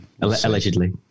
allegedly